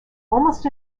almost